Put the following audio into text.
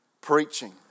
preaching